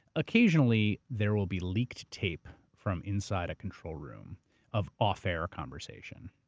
occasionally, there will be leaked tape from inside a control room of off-air conversation.